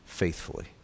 faithfully